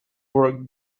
were